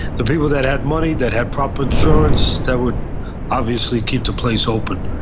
the people that had money, that had proper insurance, that would obviously keep the place open.